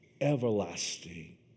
everlasting